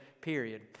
period